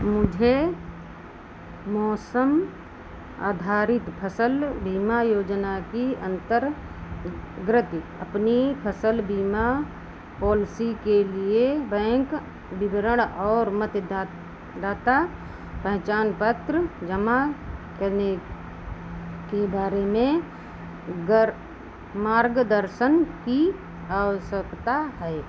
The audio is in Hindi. मुझे मौसम आधारित फ़सल बीमा योजना की अन्तर्गत अपनी फ़सल बीमा पॉलिसी के लिए बैंक विवरण और मतदात दाता पहचान पत्र जमा करने के बारे में गर मार्गदर्शन की आवश्यकता है